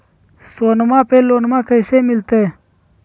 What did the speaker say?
सोनमा पे लोनमा कैसे मिलते?